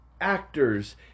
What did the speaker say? actors